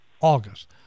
August